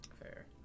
fair